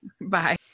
Bye